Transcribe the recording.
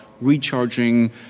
recharging